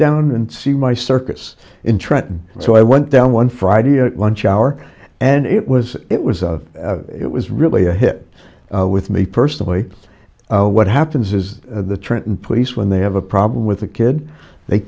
down and see my circus in trenton so i went down one friday at lunch hour and it was it was it was really a hit with me personally what happens is the trenton police when they have a problem with a kid they